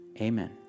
Amen